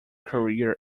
career